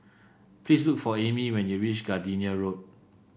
please look for Aimee when you reach Gardenia Road